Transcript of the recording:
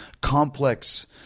complex